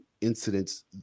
incidents